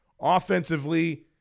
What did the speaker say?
offensively